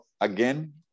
Again